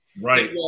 right